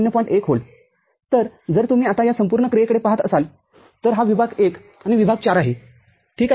१ V तर जर तुम्ही आता या संपूर्ण क्रियेकडे पहात असाल तर हा विभाग I आणि विभाग IV आहे ठीक आहे